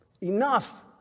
enough